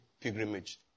pilgrimage